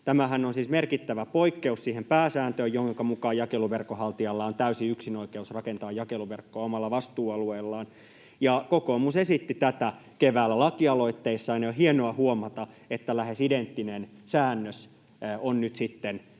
Tämähän on siis merkittävä poikkeus siihen pääsääntöön, jonka mukaan jakeluverkon haltijalla on täysi yksinoikeus rakentaa jakeluverkkoa omalla vastuualueellaan. Kokoomus esitti tätä keväällä lakialoitteessaan, ja on hienoa huomata, että lähes identtinen säännös on nyt sitten